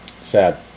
Sad